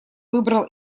выбрал